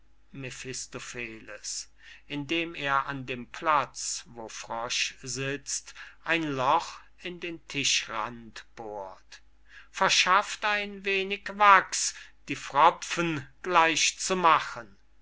mephistopheles indem er an dem platz wo frosch sitzt ein loch in den tischrand bohrt verschafft ein wenig wachs die pfropfen gleich zu machen